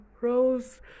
Rose